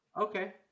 Okay